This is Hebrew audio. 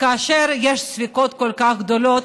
כאשר יש ספקות כל כך גדולים,